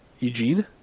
Eugene